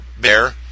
Bear